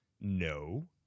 No